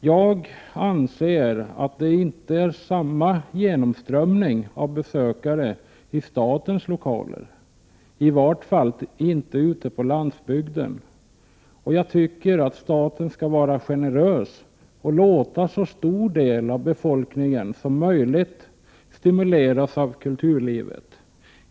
Jag anser att det inte är samma genomströmning av besökare i statens lokaler, i vart fall inte ute på landsbygden. Jag tycker att staten skall vara generös och låta så stor del av befolkningen som möjligt stimuleras av kulturlivet.